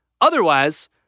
Otherwise